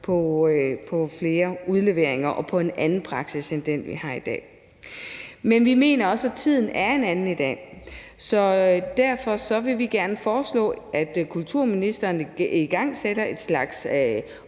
på flere udleveringer og på en anden praksis end den, vi har i dag. Men vi mener også, at tiden er en anden i dag, så derfor vil vi gerne foreslå, at kulturministeren igangsætter en slags